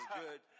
good